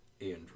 Andrew